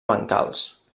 bancals